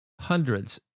Hundreds